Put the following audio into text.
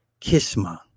Kisma